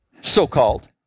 so-called